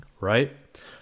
right